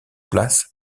place